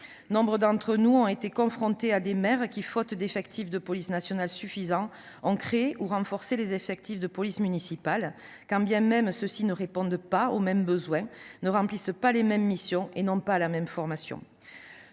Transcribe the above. nombre d'entre nous ont été confrontés à des maires qui, faute d'effectifs de police nationale suffisants, ont créé ou renforcé les effectifs de police municipale, quand bien même cette dernière ne répond pas aux mêmes besoins, ne remplit pas les mêmes missions et ne dispense pas la même formation.